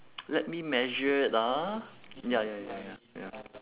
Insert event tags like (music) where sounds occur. (noise) let me measure it ah ya ya ya ya ya